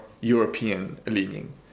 European-leaning